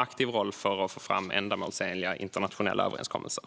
aktiv roll för att få fram ändamålsenliga internationella överenskommelser.